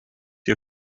you